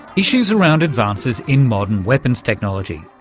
issues around advances in modern weapons technology.